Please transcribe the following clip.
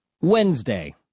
Wednesday